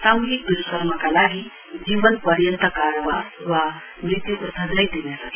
सामूहिक दुष्कर्मका लागि जीवन पर्यन्त कारावास वा मृत्युको सजाय दिन सकिनेछ